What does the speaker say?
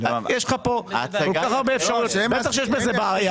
יש לך פה כל כך הרבה אפשרויות, בטח שיש בזה בעיה.